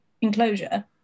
enclosure